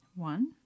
One